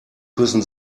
küssen